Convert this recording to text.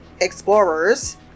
explorers